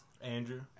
Andrew